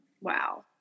Wow